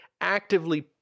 actively